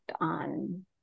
on